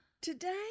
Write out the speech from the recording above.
Today